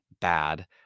bad